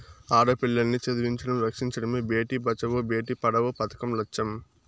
ఆడపిల్లల్ని చదివించడం, రక్షించడమే భేటీ బచావో బేటీ పడావో పదకం లచ్చెం